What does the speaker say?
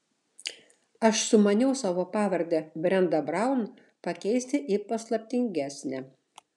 aš sumaniau savo pavardę brenda braun pakeisti į paslaptingesnę